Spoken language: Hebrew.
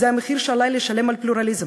זה המחיר שעלי לשלם על פלורליזם,